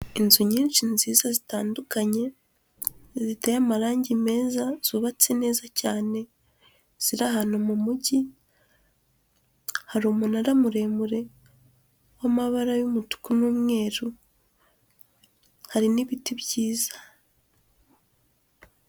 Inzu nyinshi nziza zitandukanye, ziteye amarangi meza zubatse neza cyane, ziri ahantu mu mujyi, hari umunara muremure w'amabara y'umutuku n'umweru, hari n'ibiti byiza.